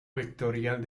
vectorial